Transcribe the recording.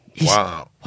Wow